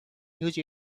huge